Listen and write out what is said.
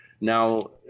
now